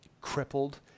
crippled